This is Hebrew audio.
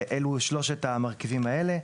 אלה שלושת המרכיבים האלה.